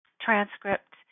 transcript